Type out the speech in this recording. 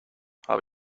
habe